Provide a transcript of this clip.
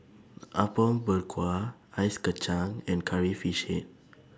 Apom Berkuah Ice Kachang and Curry Fish Head